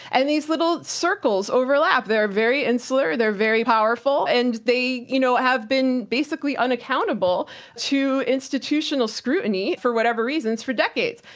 and these little circles overlap. they're very insular. they're very powerful. and they you know have been basically unaccountable to institutional scrutiny for whatever reasons for decades.